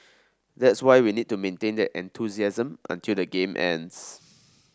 that's why we need to maintain that enthusiasm until the game ends